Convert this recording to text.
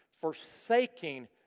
forsaking